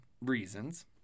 reasons